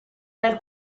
nel